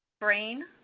brain,